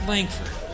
Langford